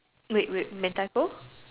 wait wait Mentaiko